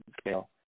scale